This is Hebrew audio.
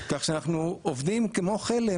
כך שאנחנו עובדים כמו חלם,